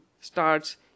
starts